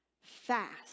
fast